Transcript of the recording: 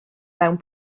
mewn